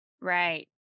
Right